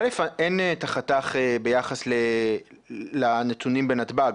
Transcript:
אין את החתך ביחס לנתונים בנתב"ג.